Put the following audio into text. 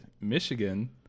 Michigan